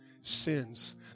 sins